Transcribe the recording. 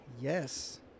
Yes